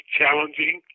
challenging